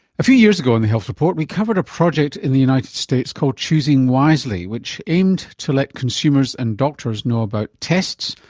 a few years ago on the health report, we covered a project in the united states called choosing wisely which aimed to let consumers and doctors know about tests,